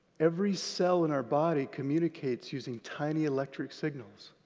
every cell in our body communicates using tiny electric signals.